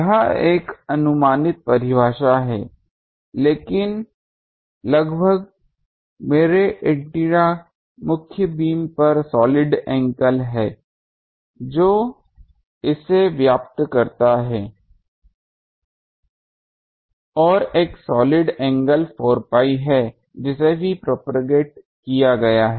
यह एक अनुमानित परिभाषा है लेकिन लगभग मेरे एंटीना मुख्य बीम पर सॉलिड एंगल है जो इसे व्याप्त करता है और एक solid angle solid angle 4 pi है जिसे भी प्रोपेगेट किया गया है